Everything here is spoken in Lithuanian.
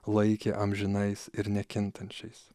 laikė amžinais ir nekintančiais